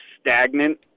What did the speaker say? stagnant